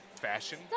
fashion